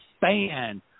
fan